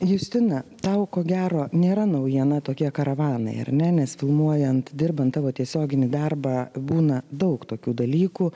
justina tau ko gero nėra naujiena tokie karavanai ar ne nes filmuojant dirbant tavo tiesioginį darbą būna daug tokių dalykų